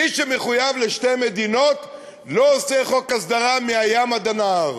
מי שמחויב לשתי מדינות לא עושה חוק הסדרה מהים עד הנהר.